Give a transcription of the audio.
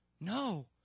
No